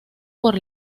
por